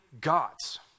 gods